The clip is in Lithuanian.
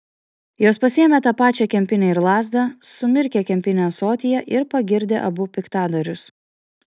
jos pasiėmė tą pačią kempinę ir lazdą sumirkė kempinę ąsotyje ir pagirdė abu piktadarius